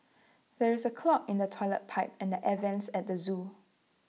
there is A clog in the Toilet Pipe and the air Vents at the Zoo